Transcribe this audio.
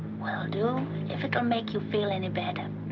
well, do, if it'll make you feel any better.